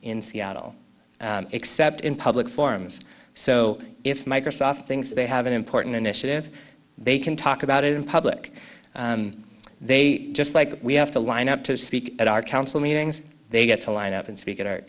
in seattle except in public forms so if microsoft things they have an important initiative they can talk about it in public they just like we have to line up to speak at our council meetings they get to line up and speak at